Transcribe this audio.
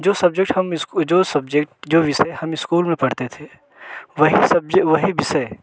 जो सब्जेक्ट हम जो सब्जेक्ट जो विषय हम इस्कूल में पढ़ते थे वही वही विषय